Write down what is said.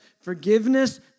Forgiveness